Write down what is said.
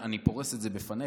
אני פורס את זה בפניכם,